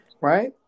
right